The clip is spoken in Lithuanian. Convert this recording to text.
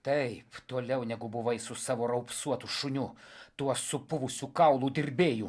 taip toliau negu buvai su savo raupsuotu šuniu tuo supuvusiu kaulų dirbėju